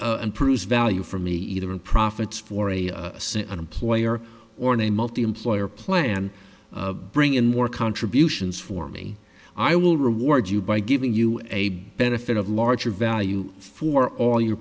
improves value for me either in profits for a sin an employer or in a multiemployer plan bring in more contributions for me i will reward you by giving you a benefit of larger value for all your